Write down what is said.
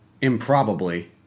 Improbably